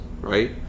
right